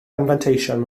anfanteision